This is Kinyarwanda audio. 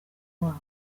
wabo